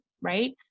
right